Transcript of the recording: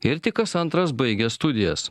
ir tik kas antras baigia studijas